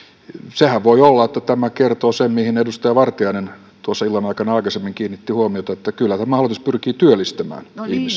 sehän voi olla että tämä kertoo sen mihin edustaja vartiainen illan aikana aikaisemmin kiinnitti huomiota että kyllä tämä hallitus pyrkii työllistämään